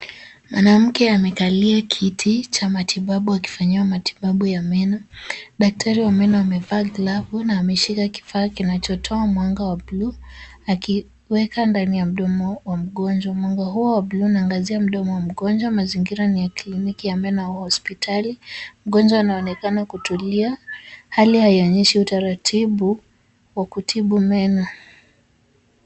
Mwanamke amekalia kiti cha matibabu akifanyiwa matibabu ya meno. Daktari wa meno amevaa glavu na ameshika kifaa kinachotoa mwanga wa bluu akiweka ndani ya mdomo wa mgonjwa. Mwanga huo wa bluu unaangazia mdomo wa mgonjwa. Mazingira ni ya kliniki ya meno ya hosipitali. Mgonjwa anaonekana kutuliia. Hali haionyeshi utaratibu wa kutibu meno.